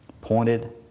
pointed